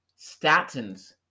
Statins